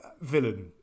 villain